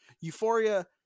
Euphoria